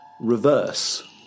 Reverse